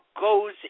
goes